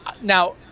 now